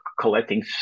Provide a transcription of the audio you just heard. collecting